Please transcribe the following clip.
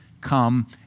come